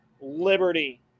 Liberty